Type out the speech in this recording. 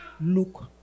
look